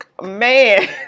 Man